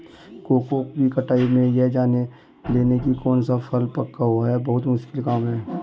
cocoa की कटाई में यह जान लेना की कौन सा फल पका हुआ है बहुत मुश्किल काम है